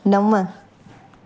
नव